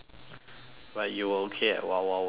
but you were okay at wild wild wet that time